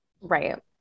Right